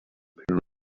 pyramids